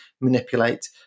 manipulate